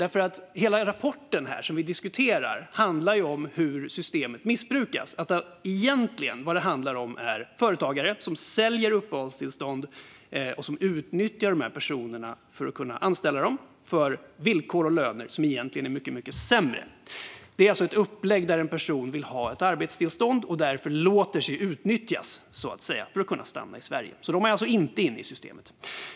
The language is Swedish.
Hela den rapport vi diskuterar handlar om hur systemet missbrukas, det vill säga att företagare säljer uppehållstillstånd och utnyttjar personerna för att anställa dem för sämre villkor och löner. Det är ett upplägg där en person vill ha ett arbetstillstånd och därför låter sig utnyttjas för att kunna stanna i Sverige. De är alltså inte inne i systemet.